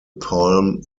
palm